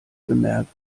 bemerkt